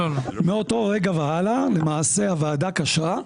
מאותו רגע והלאה, למעשה, הוועדה קשרה,